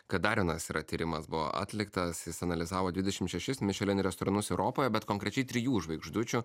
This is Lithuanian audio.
kad dar vienas yra tyrimas buvo atliktas jis analizavo dvidešim šešis mišelin restoranus europoje bet konkrečiai trijų žvaigždučių